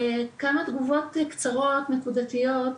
כמה תגובות קצרות ונקודתיות.